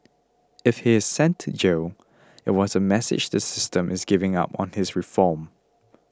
if he is sent to jail it was a message the system is giving up on his reform